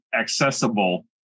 accessible